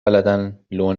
بلدن، لو